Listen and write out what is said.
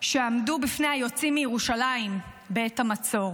שעמדו בפני היוצאים מירושלים בעת המצור.